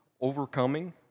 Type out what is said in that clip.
overcoming